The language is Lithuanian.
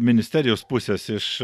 ministerijos pusės iš